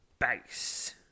Base